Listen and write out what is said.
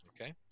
Okay